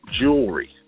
jewelry